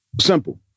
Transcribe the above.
Simple